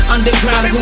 Underground